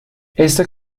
esta